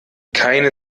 keine